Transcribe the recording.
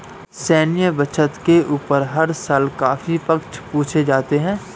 सैन्य बजट के ऊपर हर साल काफी प्रश्न पूछे जाते हैं